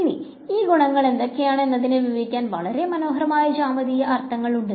ഇനി ഈ ഗുണങ്ങൾ എന്തൊക്കെയാണ് എന്നതിനെ വിവരിക്കാൻ വളരെ മനോഹരമായ ജ്യാമിതീയ അർത്ഥങ്ങൾ ഉണ്ട്